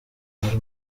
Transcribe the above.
hari